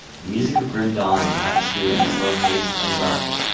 the music of grim dawn is atmospheric, slow paced, and dark.